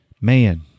man